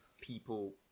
people